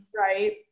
Right